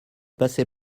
passé